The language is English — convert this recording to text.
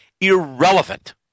irrelevant